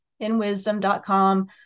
inwisdom.com